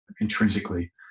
intrinsically